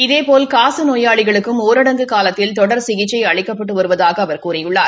இதேபோல் காச நோயாளிகளுக்கும் ஊரடங்கு காலத்தில் தொடர் சிகிச்சை அளிக்கப்பட்டு வருவதாக அவர் கூறியுள்ளார்